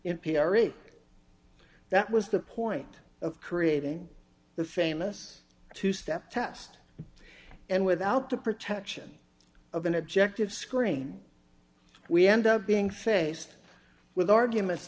is that was the point of creating the famous two step test and without the protection of an objective screen we end up being faced with arguments